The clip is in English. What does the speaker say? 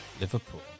liverpool